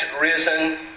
risen